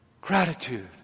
Gratitude